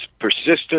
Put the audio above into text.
persistent